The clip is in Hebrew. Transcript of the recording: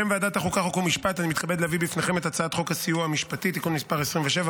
הצעת חוק הסיוע המשפטי (תיקון מס' 27,